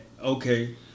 okay